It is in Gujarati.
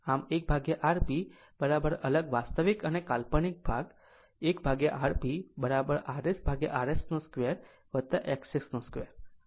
આમ 1Rp અલગ વાસ્તવિક અને કાલ્પનિક ભાગ 1Rprsrs 2 XS 2